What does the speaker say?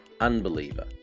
unbeliever